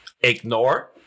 ignore